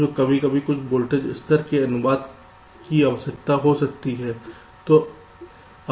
तो कभी कभी कुछ वोल्टेज स्तर के अनुवाद की आवश्यकता हो सकती है